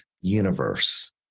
universe